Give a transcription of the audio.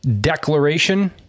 declaration